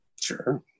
Sure